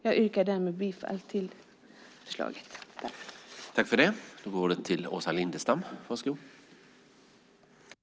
Jag yrkar därmed bifall till förslaget i betänkandet.